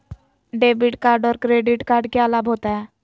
Debit card और credit card क्या लाभ होता है?